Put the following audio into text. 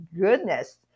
goodness